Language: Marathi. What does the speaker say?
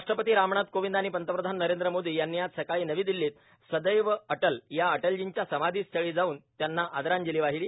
राष्ट्रपती रामनाथ कोविंद आणि पंतप्रधान नरेंद्र मोदी यांनी आज सकाळी नवी दिल्लीत सदैव अटल या अटलजींच्या समाधीस्थळी जाऊन त्यांना आदरांजली वाहिली